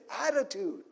attitude